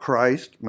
Christ